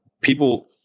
people